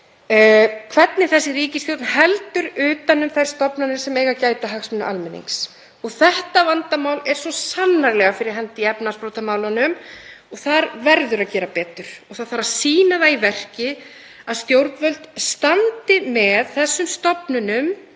hvernig þessi ríkisstjórn heldur utan um þær stofnanir sem eiga að gæta hagsmuna almennings. Þetta vandamál er svo sannarlega fyrir hendi í efnahagsbrotamálum og þar verður að gera betur. Það þarf að sýna í verki að stjórnvöld standi með þessum stofnunum,